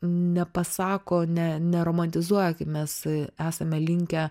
nepasako ne neromantizuoja kaip mes esame linkę